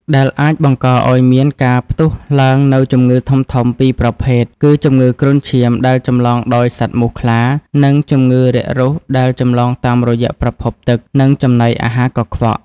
ដែលអាចបង្កឱ្យមានការផ្ទុះឡើងនូវជំងឺធំៗពីរប្រភេទគឺ ជំងឺគ្រុនឈាមដែលចម្លងដោយសត្វមូសខ្លា និងជំងឺរាករូសដែលចម្លងតាមរយៈប្រភពទឹក និងចំណីអាហារកខ្វក់។